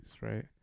Right